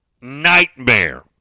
nightmare